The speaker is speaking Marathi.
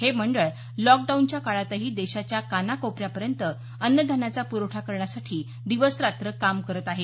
हे मंडळ लॉकडाऊनच्या काळातही देशाच्या कानाकोपऱ्यापर्यंत अन्नधान्याचा पुरवठा करण्यासाठी दिवस रात्र काम करत आहे